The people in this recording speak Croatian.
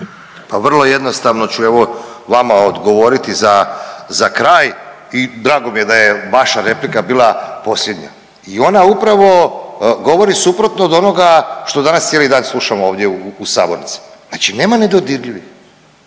Pa vrlo jednostavno ću evo vama odgovoriti za kraj i drago mi je da je vaša replika bila posljednja. I ona upravo govori suprotno od onoga što danas cijeli dan slušamo ovdje u sabornici. Znači nema nedodirljivih,